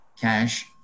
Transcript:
cash